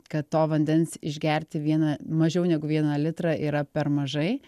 kad to vandens išgerti vieną mažiau negu vieną litrą yra per mažai